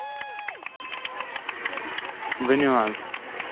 ؤنِو حظ